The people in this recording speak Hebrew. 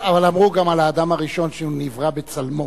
אבל אמרו גם על האדם הראשון שהוא נברא בצלמו.